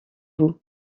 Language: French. vous